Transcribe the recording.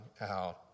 out